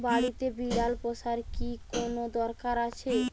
বাড়িতে বিড়াল পোষার কি কোন দরকার আছে?